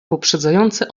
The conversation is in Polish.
poprzedzające